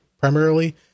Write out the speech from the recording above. primarily